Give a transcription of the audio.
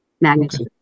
magnitude